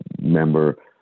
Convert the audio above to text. member